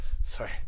sorry